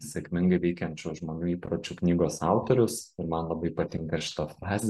sėkmingai veikiančių žmonių įpročių knygos autorius ir man labai patinka šita frazė